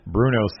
Bruno